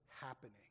happening